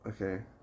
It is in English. Okay